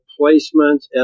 placements